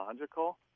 logical